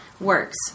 works